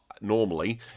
normally